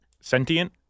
Sentient